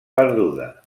perduda